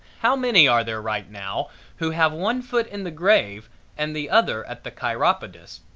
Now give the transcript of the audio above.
how many are there right now who have one foot in the grave and the other at the chiropodist's?